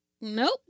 nope